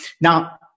Now